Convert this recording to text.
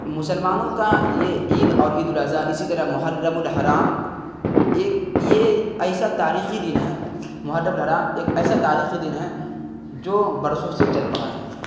مسلمانوں کا یہ عید اور عید الاضحی اسی طرح محرم الحرام ایک یہ ایسا تاریخی دن ہے محرم الحرام ایک ایسا تاریخی دن ہے جو برسوں سے چل پڑا ہے